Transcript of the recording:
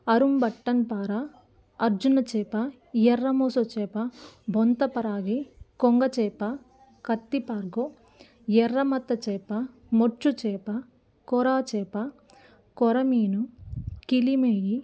అరుణ్బట్టన్ పార అర్జున చేప ఎర్రమోస చేప బొంతపరాగి కొంగచేప కత్తిపాగు ఎర్రమత్త చేప మొచ్చు చేప కొరాచేప కొరమీను కిలిమేయి